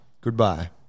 Goodbye